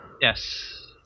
Yes